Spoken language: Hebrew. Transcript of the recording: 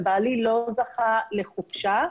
ובעלי לא זכה לחופשה.